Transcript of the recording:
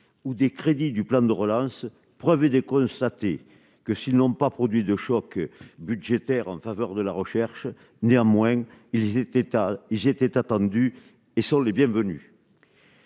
ou des crédits du plan de relance prévu de constater que s'ils n'ont pas produit de choc budgétaire en faveur de la recherche, néanmoins ils étaient à j'était attendue et sont les bienvenus.